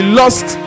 lost